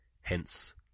Hence